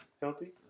healthy